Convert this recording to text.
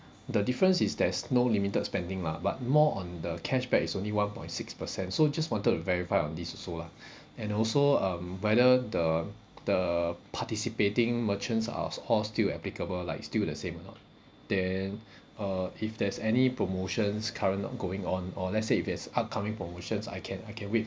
the difference is there's no limited spending lah but more on the cashback is only one point six percent so just wanted to verify on this also lah and also um whether the the participating merchants are all still applicable like still the same or not then uh if there's any promotions current not going on or let's say there's upcoming promotions I can I can wait